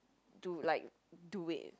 to like do it